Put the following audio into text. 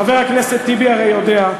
חבר הכנסת טיבי הרי יודע,